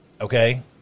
Okay